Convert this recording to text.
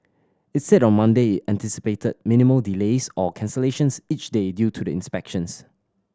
it said on Monday it anticipated minimal delays or cancellations each day due to the inspections